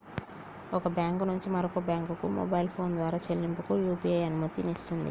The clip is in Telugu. ఒక బ్యాంకు నుంచి మరొక బ్యాంకుకు మొబైల్ ఫోన్ ద్వారా చెల్లింపులకు యూ.పీ.ఐ అనుమతినిస్తుంది